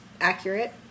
accurate